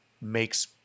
makes